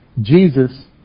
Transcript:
Jesus